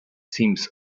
seems